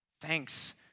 thanks